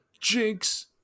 Jinx